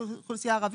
אוכלוסייה ערבית,